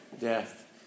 death